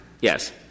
Yes